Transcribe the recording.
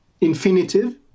infinitive